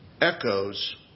echoes